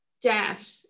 debt